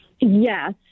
Yes